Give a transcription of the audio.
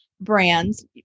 brands